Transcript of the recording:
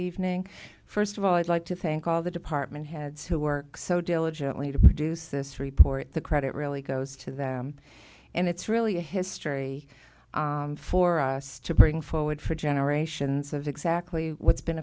evening first of all i'd like to thank all the department heads who work so diligently to produce this report the credit really goes to them and it's really a history for us to bring forward for generations of exactly what's been